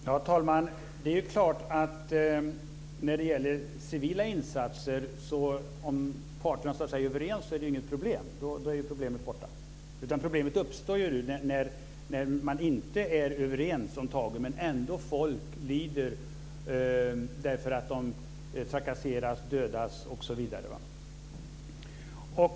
Herr talman! Det är klart att om parterna är överens i fråga om civila insatser så är det inget problem. Då är problemet borta. Problemet uppstår när man inte är överens om tagen men folk ändå lider för att de trakasseras, dödas osv.